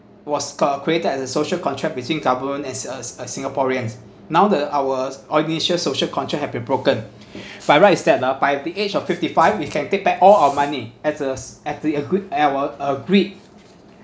was uh created as a social contract between government and us us singaporeans now the our audacious social contract have been broken by right is that ah by the age of fifty five we can take back all our money at us at the a good eh were agreed